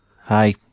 hi